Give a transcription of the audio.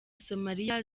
somalia